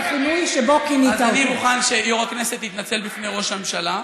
את לא רוצה להוסיף לי את הזמן?